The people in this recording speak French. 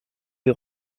des